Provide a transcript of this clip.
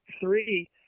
three